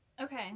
Okay